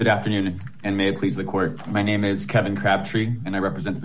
that afternoon and may please the court my name is kevin crabtree and i represent